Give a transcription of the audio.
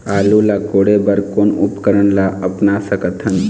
आलू ला कोड़े बर कोन उपकरण ला अपना सकथन?